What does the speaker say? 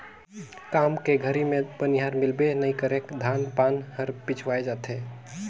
काम के घरी मे बनिहार मिलबे नइ करे धान पान हर पिछवाय जाथे